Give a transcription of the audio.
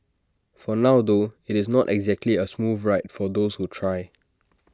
for now though IT is not exactly A smooth ride for those who try